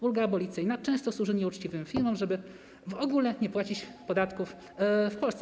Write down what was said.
Ulga abolicyjna często służy nieuczciwym firmom, żeby w ogóle nie płacić podatków w Polsce.